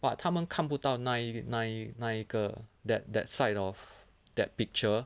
but 他们看不到那一个那一那一个 that that side of that picture